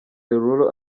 derulo